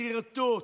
חרטוט,